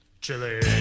Chili